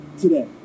today